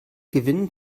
gewinnen